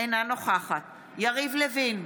אינה נוכחת יריב לוין,